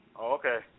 Okay